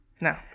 no